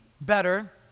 better